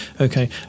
Okay